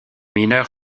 mineurs